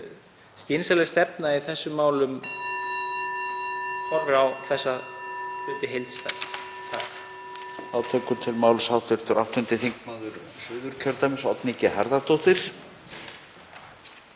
Skynsamleg stefna í þessum málum horfir á þessa hluti heildstætt.